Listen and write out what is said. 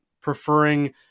preferring